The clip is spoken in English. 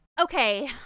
Okay